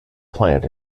plant